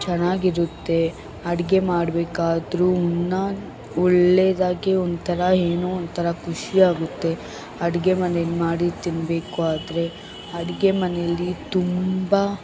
ಚೆನ್ನಾಗಿರುತ್ತೆ ಅಡಿಗೆ ಮಾಡ್ಬೇಕಾದ ರೂಮ್ನ ಒಳ್ಳೆದಾಗಿ ಒಂಥರ ಏನೋ ಒಂಥರಾ ಖುಷಿ ಆಗುತ್ತೆ ಅಡಿಗೆ ಮನೇಲಿ ಮಾಡಿ ತಿನ್ನಬೇಕು ಆದರೆ ಅಡಿಗೆ ಮನೇಲಿ ತುಂಬ